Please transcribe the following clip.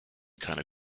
keiner